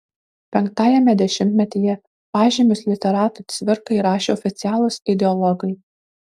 penktajame dešimtmetyje pažymius literatui cvirkai rašė oficialūs ideologai